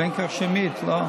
כך שמית, לא?